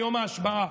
ביום ההשבעה,